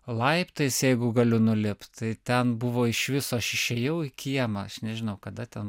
laiptais jeigu galiu nulipt tai ten buvo iš viso aš išėjau į kiemą aš nežinau kada ten